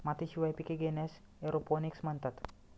मातीशिवाय पिके घेण्यास एरोपोनिक्स म्हणतात